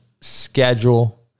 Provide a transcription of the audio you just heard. schedule